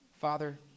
Father